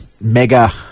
mega